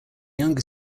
younger